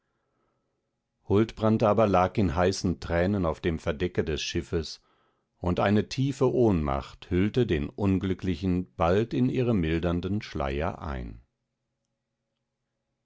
huldbrand aber lag in heißen tränen auf dem verdecke des schiffes und eine tiefe ohnmacht hüllte den unglücklichen bald in ihre mildernden schleier ein